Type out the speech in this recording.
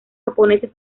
japoneses